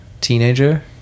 teenager